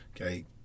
Okay